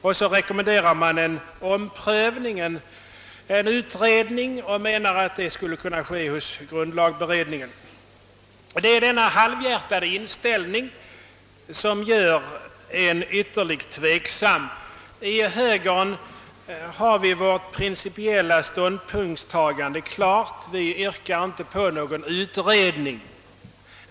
Man rekommenderar en utredning och menar att den skulle kunna utföras hos grundlagberedningen. Det är denna halvhjärtade inställning som gör en ytterligt tveksam. I högern har vi vårt principiella ståndpunktstagande klart. Vi yrkar inte på någon utredning.